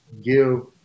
give